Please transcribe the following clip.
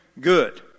good